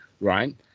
Right